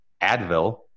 Advil